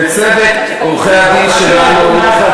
לצוות עורכי-הדין שלנו,